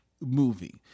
movie